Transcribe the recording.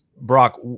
Brock